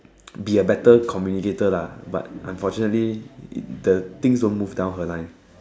be a better communicator lah but unfortunately the things are move down her line